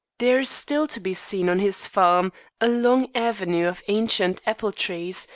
there is still to be seen on his farm a long avenue of ancient apple trees,